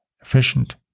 efficient